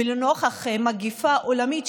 ולנוכח מגפה עולמית,